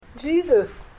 Jesus